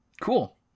Cool